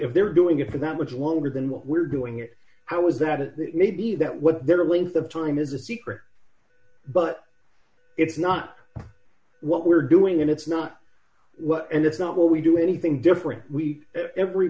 if they're doing it for that much longer than we're doing it how is that it may be that what they're a waste of time is a secret but it's not what we're doing and it's not and it's not what we do anything different we every